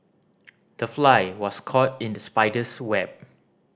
the fly was caught in the spider's web